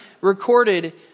recorded